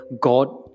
God